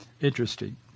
interesting